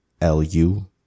L-U